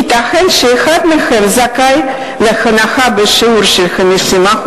ייתכן שאחד מהם זכאי להנחה בשיעור של 50%